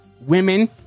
women